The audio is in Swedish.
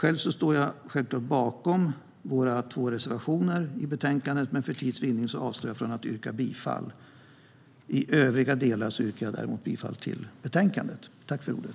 Jag står självklart bakom våra två reservationer i betänkandet, men för tids vinnande avstår jag från att yrka bifall till dem. I övriga delar yrkar jag bifall till förslaget i betänkandet.